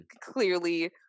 clearly